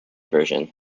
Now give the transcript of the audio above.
version